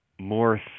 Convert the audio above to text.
more